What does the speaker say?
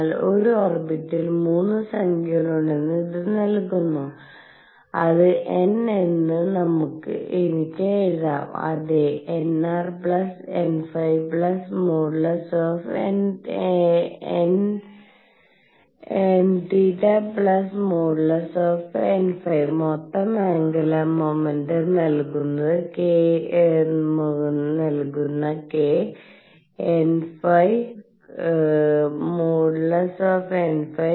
അതിനാൽ ഒരു ഓർബിറ്റിന് 3 സംഖ്യകളുണ്ടെന്ന് ഇത് നൽകുന്നു അത് n എന്ന് എനിക്ക് എഴുതാം അതേ nrnθ|nϕ| മൊത്തം ആന്ഗുലർ മോമെന്റും നൽകുന്ന k nϕ |nϕ|≤k